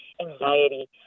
anxiety